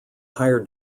higher